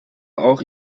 auch